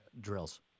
drills